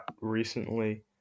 recently